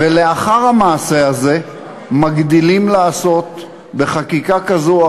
ולאחר המעשה הזה מגדילים לעשות בחקיקה כזו או